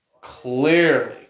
clearly